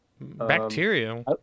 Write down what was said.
bacteria